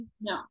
No